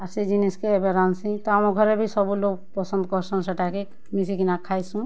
ଆଉ ସେ ଜିନିଷ୍ କେ ଏବେ ରାନ୍ଧ୍ସି ତ ଆମର୍ ଘରେ ବି ସବୁ ଲୋକ୍ ପସନ୍ଦ୍ କର୍ସନ୍ ସେଟା କେ ମିଶିକିନା ଖାଏସୁଁ